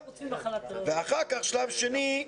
ואחר כך שלב שני,